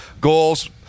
Goals